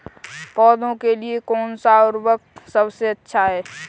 पौधों के लिए कौन सा उर्वरक सबसे अच्छा है?